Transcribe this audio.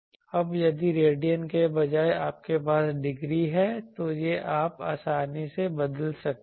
अब यदि रेडियन के बजाय आपके पास डिग्री है तो यह आप आसानी से बदल सकते हैं